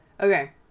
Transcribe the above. Okay